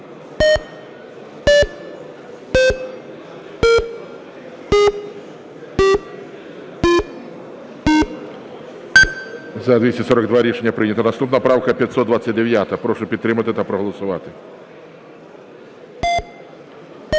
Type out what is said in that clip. За-242 Рішення прийнято. Наступна правка 529. Прошу підтримати та проголосувати.